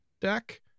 deck